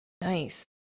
nice